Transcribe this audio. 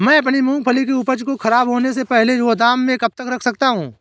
मैं अपनी मूँगफली की उपज को ख़राब होने से पहले गोदाम में कब तक रख सकता हूँ?